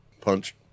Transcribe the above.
Punch